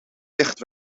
licht